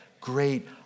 great